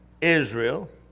Israel